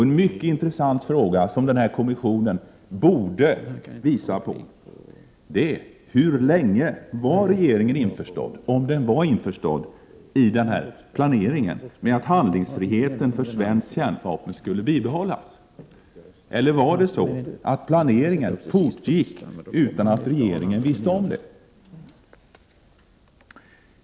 En mycket intressant fråga som den här kommissionen borde belysa är: Hur länge var regeringen införstådd — om den var införstådd i den här planeringen — med att handlingsfriheten för svenskt kärnvapen skulle bibehållas? Eller var det så att planeringen fortgick utan att regeringen visste om det?